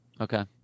Okay